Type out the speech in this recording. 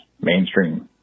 mainstream